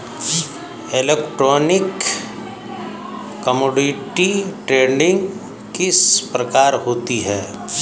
Electronic commodity trading किस प्रकार होती है?